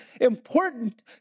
important